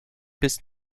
bis